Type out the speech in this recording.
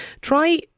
Try